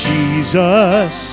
Jesus